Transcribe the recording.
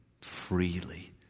freely